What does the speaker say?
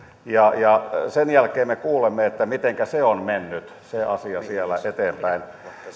että sen jälkeen me kuulemme mitenkä se asia on mennyt siellä eteenpäin